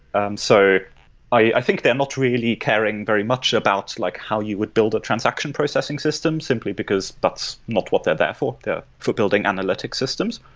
and so i think they are not really caring very much about like how you would build a transaction processing system simply because that's not what they're there for. they're for building analytic systems,